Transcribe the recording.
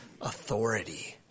authority